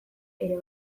ere